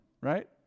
right